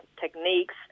techniques